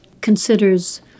considers